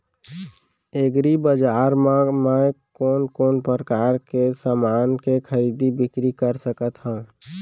एग्रीबजार मा मैं कोन कोन परकार के समान के खरीदी बिक्री कर सकत हव?